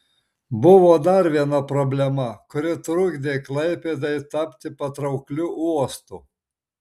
buvo dar viena problema kuri trukdė klaipėdai tapti patraukliu uostu